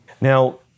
Now